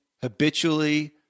habitually